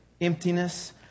emptiness